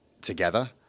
together